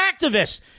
activists